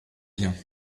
bien